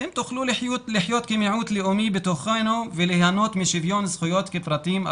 אתם תוכלו לחיות כמיעוט לאומי בתוכנו וליהנות משוויון זכויות כפרטיים,